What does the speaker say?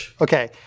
Okay